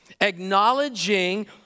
Acknowledging